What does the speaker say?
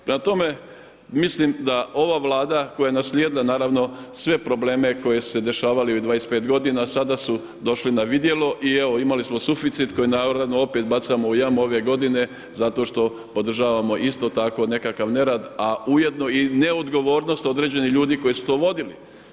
Prema tome, mislim da ova Vlada koja je naslijedila naravno sve probleme koji su se dešavali ovih 25 godina sada su došli na vidjelo i evo imali smo suficit koji naravno opet bacamo u jamu ove godine zato što održavamo isto tako nekakav nerad, a ujedno i neodgovornost određenih ljudi koji su to vodili.